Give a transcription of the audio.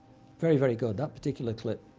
very, very good, that particular clip.